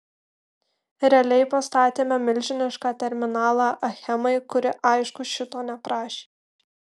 realiai pastatėme milžinišką terminalą achemai kuri aišku šito neprašė